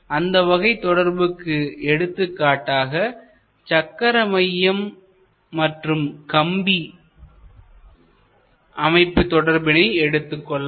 அந்த வகை தொடர்புக்கு எடுத்துக்காட்டாக சக்கர மையம் மற்றும் கம்பி அமைப்பு தொடர்பினை எடுத்துக்கொள்ளலாம்